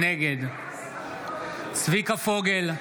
נגד צביקה פוגל,